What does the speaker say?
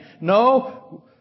no